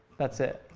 that's it.